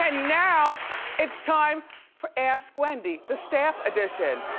and now it's time for ask wendy, the staff edition.